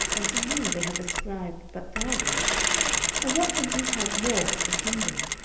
and to me they have ascribed but thousands and what can he have more but the kingdom?